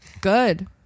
Good